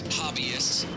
hobbyists